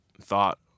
thought